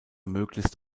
möglichst